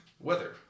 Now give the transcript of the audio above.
weather